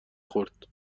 خورد